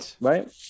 right